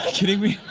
kidding me?